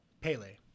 Pele